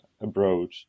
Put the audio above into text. abroad